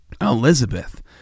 Elizabeth